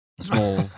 small